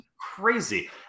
crazy